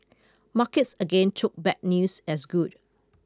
markets again took bad news as good